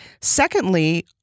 secondly